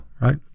Right